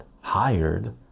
Hired